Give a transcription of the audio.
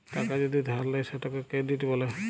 টাকা যদি ধার লেয় সেটকে কেরডিট ব্যলে